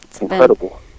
Incredible